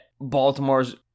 Baltimore's